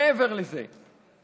מעבר לזה,